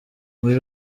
muri